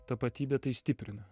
tapatybė tai stiprina